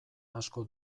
asko